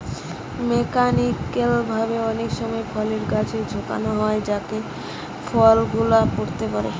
mechanical ভাবে অনেক সময় ফলের গাছকে ঝাঁকানো হয় যাতে ফল গুলা পড়তে পারে